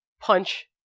punch